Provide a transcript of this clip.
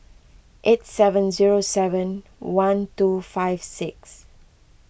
eight seven zero seven one two five six